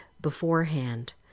beforehand